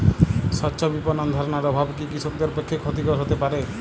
স্বচ্ছ বিপণন ধারণার অভাব কি কৃষকদের পক্ষে ক্ষতিকর হতে পারে?